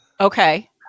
Okay